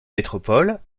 métropole